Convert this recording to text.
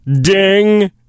ding